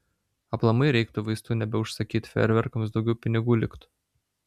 aplamai reiktų vaistų nebeužsakyt fejerverkams daugiau pinigų liktų